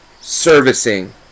servicing